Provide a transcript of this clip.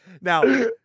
Now